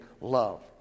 love